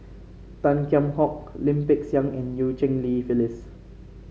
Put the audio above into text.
Tan Kheam Hock Lim Peng Siang and Eu Cheng Li Phyllis